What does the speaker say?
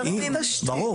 ברור.